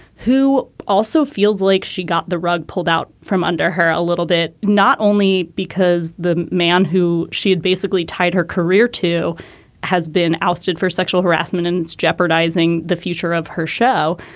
who also feels like she got the rug pulled out from under her a little bit, not only because the man who she had basically tied her career to has been ousted for sexual harassment and is jeopardizing the future of her show.